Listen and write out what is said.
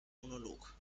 monolog